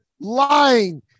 Lying